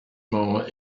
more